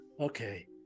Okay